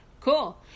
Cool